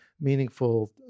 meaningful